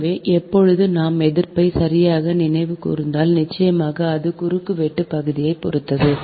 எனவே எப்போது நான் எதிர்ப்பை சரியாக நினைவு கூர்ந்தால் நிச்சயமாக அது குறுக்கு வெட்டுப் பகுதியைப் பொறுத்தது